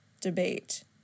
debate